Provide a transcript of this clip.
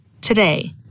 today